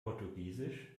portugiesisch